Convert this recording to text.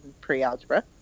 pre-algebra